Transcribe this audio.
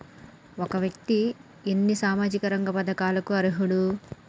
ఒక వ్యక్తి ఎన్ని సామాజిక రంగ పథకాలకు అర్హులు?